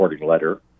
letter